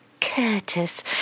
Curtis